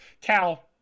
Cal